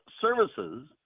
services